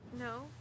No